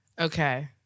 Okay